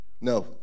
no